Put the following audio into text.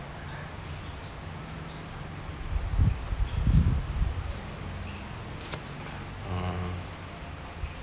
mm